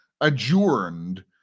adjourned